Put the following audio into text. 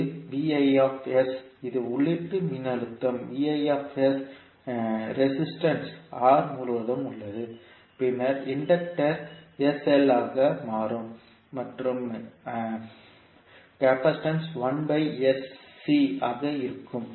இது இது உள்ளீட்டு மின்னழுத்தம் ரேசிஸ்டன்ட்ஸ் R முழுவதும் உள்ளது பின்னர் இண்டக்டர் sL ஆக மாறும் மற்றும் அ கெபாசிஸ்டன்ட்ஸ் ஆக இருக்கும்